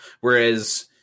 whereas